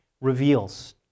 reveals